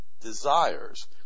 desires